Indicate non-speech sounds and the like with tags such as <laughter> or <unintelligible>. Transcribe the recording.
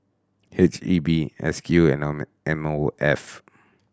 H E B S Q and <unintelligible> M O F